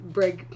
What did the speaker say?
Break